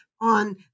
on